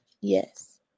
Yes